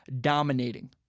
dominating